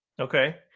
Okay